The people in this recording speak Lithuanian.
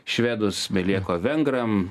švedus belieka vengram